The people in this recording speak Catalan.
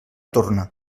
torna